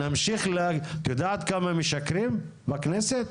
את יודעת כמה משקרים בכנסת?